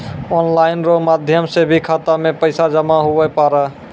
online रो माध्यम से भी खाता मे पैसा जमा हुवै पारै